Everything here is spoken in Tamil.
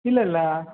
இல்லை இல்லை